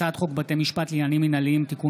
הצעת חוק בתי משפט לעניינים מינהליים (תיקון